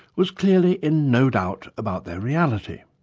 was clearly in no doubt about their reality.